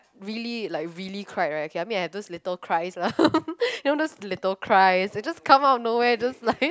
really like really cried right okay I mean I have those little cries lah you know those little cries they just come out of nowhere just like